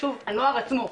זה הנוער עצמו,